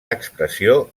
expressió